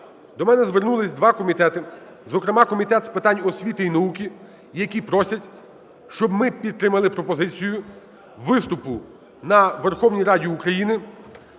до мене звернулися два комітети, зокрема Комітет з питань освіти і науки, які просять, щоб ми підтримали пропозицію виступу на Верховній Раді України